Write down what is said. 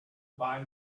buy